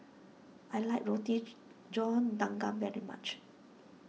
I like Rotige John Dagang very much